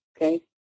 okay